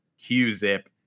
Q-zip